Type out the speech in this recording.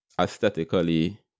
aesthetically